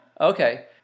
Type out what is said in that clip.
Okay